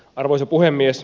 arvoisa puhemies